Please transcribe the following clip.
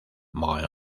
main